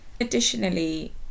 additionally